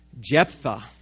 Jephthah